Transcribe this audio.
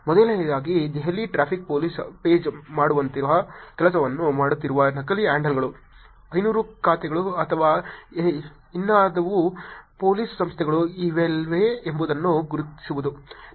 ಮೊದಲನೆಯದಾಗಿ Delhi traffic police page ಮಾಡುತ್ತಿರುವಂತಹ ಕೆಲಸಗಳನ್ನು ಮಾಡುತ್ತಿರುವ ನಕಲಿ ಹ್ಯಾಂಡಲ್ಗಳು 500 ಖಾತೆಗಳು ಅಥವಾ ಇನ್ನಾವುದೇ ಪೊಲೀಸ್ ಸಂಸ್ಥೆಗಳು ಇವೆಯೇ ಎಂಬುದನ್ನು ಗುರುತಿಸುವುದು